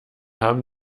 haben